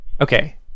Okay